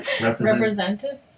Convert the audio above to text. representative